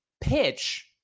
pitch